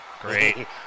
Great